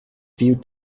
viewed